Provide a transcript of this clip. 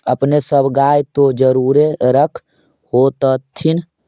अपने सब गाय तो जरुरे रख होत्थिन?